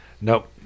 Nope